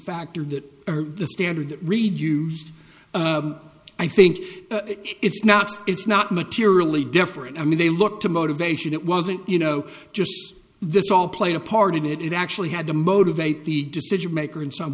factor that the standard read used i think it's not it's not materially different i mean they look to motivation it wasn't you know just this all played a part in it it actually had to motivate the decision maker in some